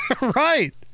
Right